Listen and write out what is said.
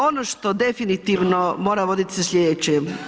Ono što definitivno mora voditi o sljedećem.